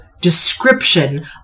description